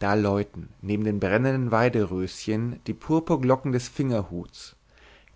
da läuten neben den brennenden weidenröschen die purpurglocken des fingerhuts